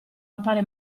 appare